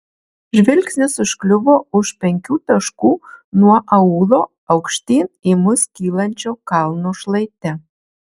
žvilgsnis užkliuvo už penkių taškų nuo aūlo aukštyn į mus kylančio kalno šlaite